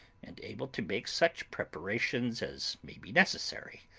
and able to make such preparations as may be necessary.